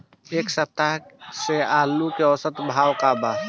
एक सप्ताह से आलू के औसत भाव का बा बताई?